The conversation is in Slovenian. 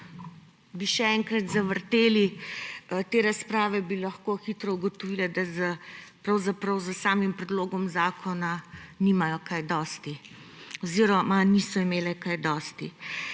bi še enkrat zavrteli te razprave, bi lahko hitro ugotovila, da pravzaprav s samim predlogom zakona nimajo kaj dosti oziroma niso imele kaj dosti.